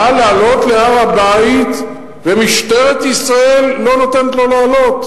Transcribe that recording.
בא לעלות להר-הבית ומשטרת ישראל לא נותנת לו לעלות.